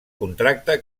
contracte